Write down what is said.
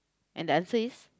and the answer is